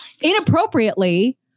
inappropriately